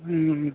हुँ